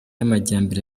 amajyambere